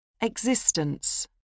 Existence